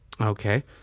Okay